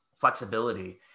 flexibility